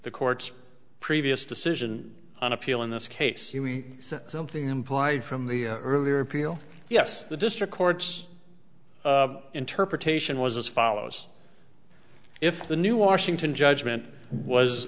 the court's previous decision on appeal in this case we something implied from the earlier appeal yes the district court's interpretation was as follows if the new washington judgment was